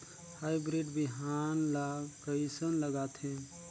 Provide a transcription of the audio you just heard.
Hybrid बिहान ला कइसन लगाथे?